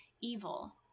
evil